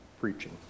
preaching